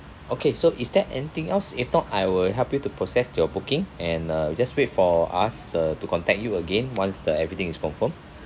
okay so is there anything else if not I will help you to process your booking and uh just wait for us uh to contact you again once the everything is confirmed